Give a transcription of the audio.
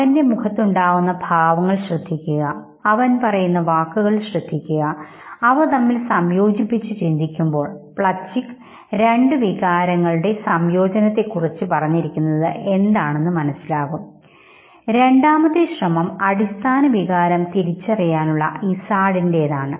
മകൻറെ മുഖത്തുണ്ടാകുന്ന ഭാവങ്ങൾ ശ്രദ്ധിക്കുക അവൻ പറയുന്ന വാക്കുകൾ ശ്രദ്ധിക്കുക അവ തമ്മിൽ സംയോജിപ്പിച്ച് ചിന്തിക്കുമ്പോൾ പ്ലച്ചിക് രണ്ട് വികാരങ്ങളുടെ സംയോജനത്തെ കുറിച്ച് പറഞ്ഞിരിക്കുന്നത് എന്താണെന്ന് മനസ്സിലാകും രണ്ടാമത്തെ ശ്രമം അടിസ്ഥാന വികാരം തിരിച്ചറിയാനുള്ള ഇസാർഡിന്റേതാണ്